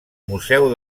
museu